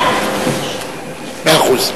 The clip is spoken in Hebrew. מאה אחוז.